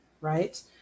right